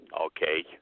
Okay